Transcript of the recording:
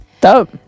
Dope